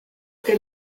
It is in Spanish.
que